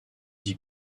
dit